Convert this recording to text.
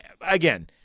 again